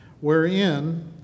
wherein